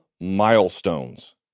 milestones